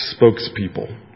spokespeople